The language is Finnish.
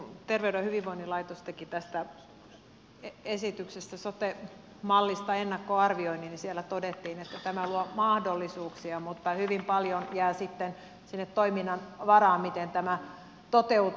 kun terveyden ja hyvinvoinnin laitos teki tästä esityksestä sote mallista ennakkoarvioinnin niin siellä todettiin että tämä luo mahdollisuuksia mutta hyvin paljon jää sitten sinne toiminnan varaan miten tämä toteutuu